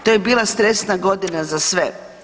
To je bila stresna godina za sve.